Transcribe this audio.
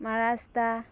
Maharashtra